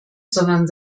sondern